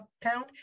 pound